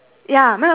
what health